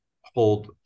hold